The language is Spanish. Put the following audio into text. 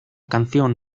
canción